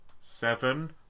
seven